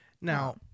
Now